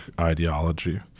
ideology